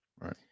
Right